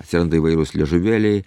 atsiranda įvairūs liežuvėliai